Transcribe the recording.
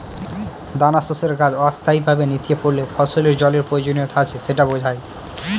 দানাশস্যের গাছ অস্থায়ীভাবে নেতিয়ে পড়লে ফসলের জলের প্রয়োজনীয়তা আছে সেটা বোঝায়